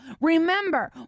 Remember